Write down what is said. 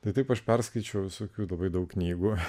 tai taip aš perskaičiau visokių labai daug knygų